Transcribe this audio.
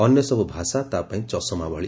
ଅନ୍ୟସବୁ ଭାଷା ତା' ପାଇଁ ଚଷମା ଭଳି